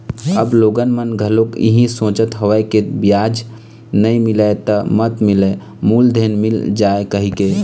अब लोगन मन घलोक इहीं सोचत हवय के बियाज नइ मिलय त मत मिलय मूलेधन मिल जाय कहिके